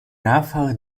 nachfahre